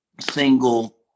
single